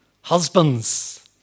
Husbands